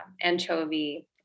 anchovy